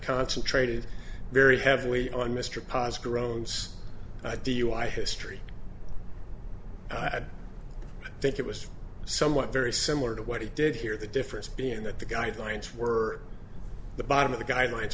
concentrated very heavily on mr paas groans i dui history i'd think it was somewhat very similar to what he did hear the difference being that the guidelines were the bottom of the guidelines